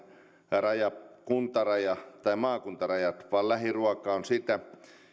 rajaa kuntaraja tai maakuntarajat vaan lähiruoka on sitä